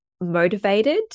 motivated